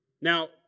Now